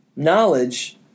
Knowledge